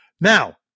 Now